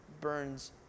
burns